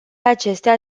acestea